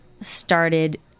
started